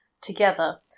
together